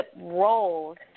roles